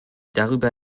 darüber